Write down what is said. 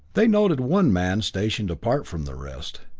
they noted one man stationed apart from the rest.